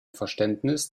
verständnis